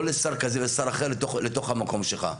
לא לשר כזה ושר אחר לתוך המקום שלך.